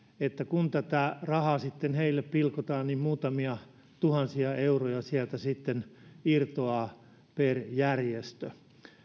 että kun tätä rahaa sitten heille pilkotaan niin muutamia tuhansia euroja sieltä sitten irtoaa per järjestö